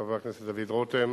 חברי הכנסת, חבר הכנסת דוד רותם.